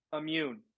immune